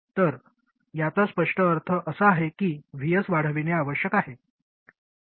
तर याचा स्पष्ट अर्थ असा आहे की Vs वाढविणे आवश्यक आहे